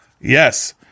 Yes